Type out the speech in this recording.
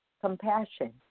compassion